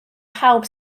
pawb